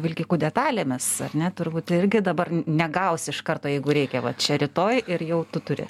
vilkikų detalėmis ar ne turbūt irgi dabar negausi iš karto jeigu reikia va čia rytoj ir jau tu turi